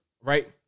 right